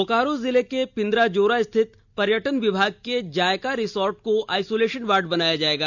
बोकारो जिले के पिंद्राजोरा स्थित पर्यटन विभाग के जायका रिसोर्ट को आइसोलेशन वार्ड बनाया जाएगा